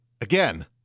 again